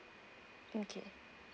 okay